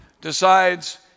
decides